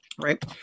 right